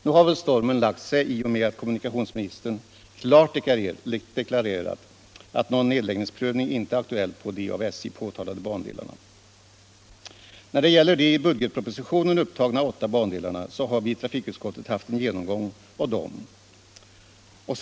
Nu har väl den stormen lagt sig i och med att kommunikationsministern klart deklarerat att någon nedläggningsprövning inte är aktuell på de av SJ påtalade bandelarna. Vi har i trafikutskottet haft en genomgång beträffande de i budgetpropositionen upptagna åtta bandelarna.